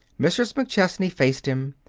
mrs. mcchesney faced him,